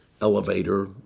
elevator